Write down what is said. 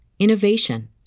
Innovation